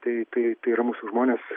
tai tai tai yra mūsų žmonės